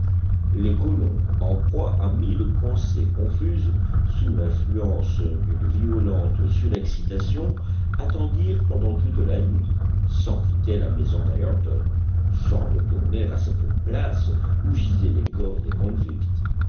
les colons en proie à mille pensées confuses sous l'influence d'une violente surexcitation attendirent pendant toute la nuit sans quitter la maison d'ayrton sans retourner à cette place où gisaient les corps des